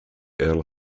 earle